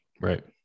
Right